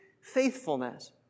faithfulness